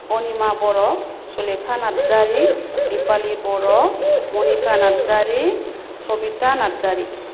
Anima Boro Sulekha Narzary Dipali Boro Manika Narzary Sabita Narzary